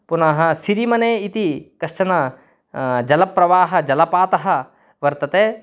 पुनः सिरिमने इति कश्चन जलप्रवाहः जलपातः वर्तते